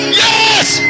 Yes